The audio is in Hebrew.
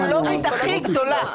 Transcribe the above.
והאקולוגית הכי גדולה.